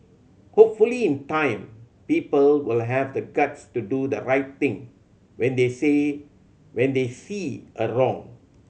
hopefully in time people will have the guts to do the right thing when they when they see a wrong